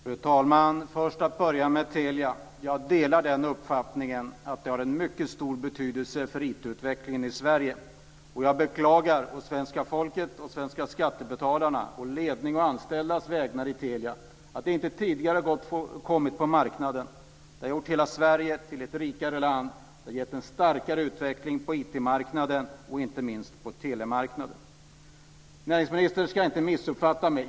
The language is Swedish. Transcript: Fru talman! Låt mig börja med Telia. Jag delar uppfattningen att det har en mycket stor betydelse för IT-utvecklingen i Sverige. Jag beklagar å svenska folkets, skattebetalarnas, ledningens och anställdas vägnar att det inte tidigare har kommit på marknaden. Det hade gjort hela Sverige till ett rikare land. Det hade gett en starkare utveckling på IT-marknaden, och inte minst på telemarknaden. Näringsministern ska inte missuppfatta mig.